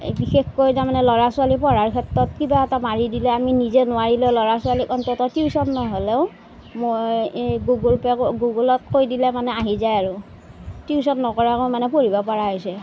বিশেষকৈ তাৰমানে ল'ৰা ছোৱালী পঢ়াৰ ক্ষেত্ৰত কিবা এটা মাৰি দিলে আমি নিজে নোৱাৰিলে ল'ৰা ছোৱালীক অন্তত টিউচন নহ'লেও মই এই গুগল ক গুগলক কৈ দিলে মানে আহি যায় আৰু টিউচন নকৰাকৈ মানে পঢ়িব পৰা হৈছে